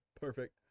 Perfect